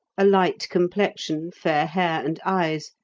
a light complexion, fair hair and eyes,